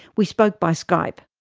we spoke by skype.